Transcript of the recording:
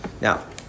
now